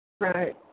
Right